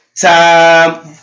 time